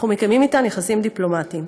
אנחנו מקיימים אתן קשרים דיפלומטיים.